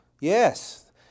Yes